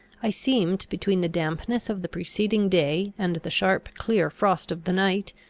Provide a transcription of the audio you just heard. i seemed, between the dampness of the preceding day and the sharp, clear frost of the night,